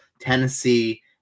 tennessee